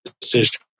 decision